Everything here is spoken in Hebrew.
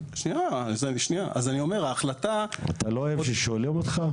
אתה לא אוהב שואלים אותך שאלות?